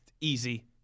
easy